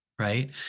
right